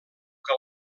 que